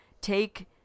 take